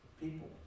People